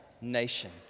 nation